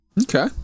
okay